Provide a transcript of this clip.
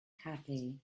happy